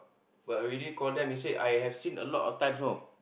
but already call them they said I have seen a lot of times know